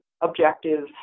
objective